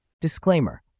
Disclaimer